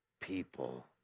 people